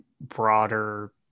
broader